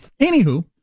Anywho